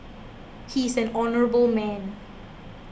he is an honourable man